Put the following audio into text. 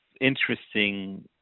interesting